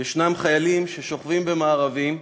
יש חיילים ששוכבים במארבים,